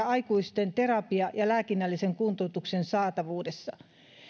aikuisten terapia ja lääkinnällisen kuntoutuksen saatavuudessa